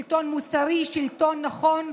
שלטון מוסרי, שלטון נכון.